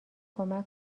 کمک